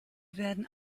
werden